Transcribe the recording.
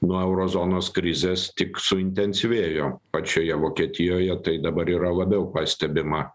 nuo euro zonos krizės tik suintensyvėjo pačioje vokietijoje tai dabar yra labiau pastebima